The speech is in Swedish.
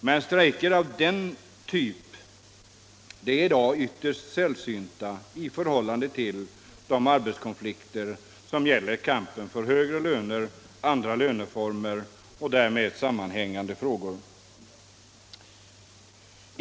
Men strejker av den typen är i dag ytterst sällsynta jämfört med de arbetskonflikter som gäller kampen för högre löner, andra löneformer och därmed sammanhängande frågor.